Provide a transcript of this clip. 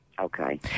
Okay